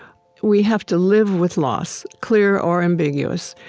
we have to live with loss, clear or ambiguous.